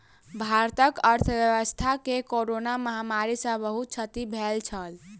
भारतक अर्थव्यवस्था के कोरोना महामारी सॅ बहुत क्षति भेल छल